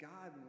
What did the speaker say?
God